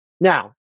Now